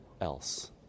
else